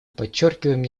подчеркиваем